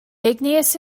igneous